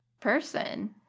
person